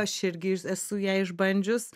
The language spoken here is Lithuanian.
aš irgi esu ją išbandžius